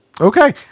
Okay